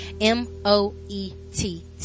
M-O-E-T